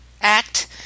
act